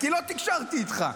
כי לא תקשרתי איתך.